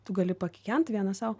tu gali pakikent vienas sau